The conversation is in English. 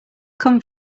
come